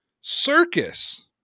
circus